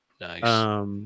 Nice